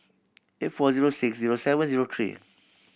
eight four zero six zero seven zero three